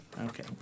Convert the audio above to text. Okay